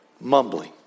mumbling